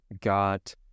got